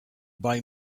buy